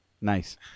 Nice